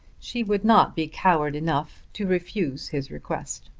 she would not be coward enough to refuse his request.